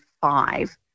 five